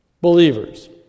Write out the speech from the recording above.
believers